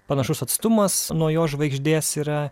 panašus atstumas nuo jo žvaigždės yra